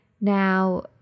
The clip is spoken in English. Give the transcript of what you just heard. Now